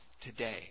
today